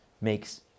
makes